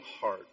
heart